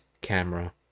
camera